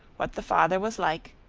what the father was like,